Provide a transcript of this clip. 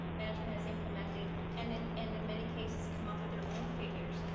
management has implemented and in and in many cases come up with their own figures.